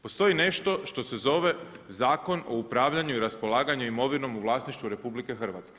Postoji nešto što se zove Zakon o upravljanju i raspolaganju imovinom u vlasništvu RH.